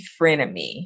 frenemy